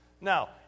Now